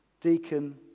deacon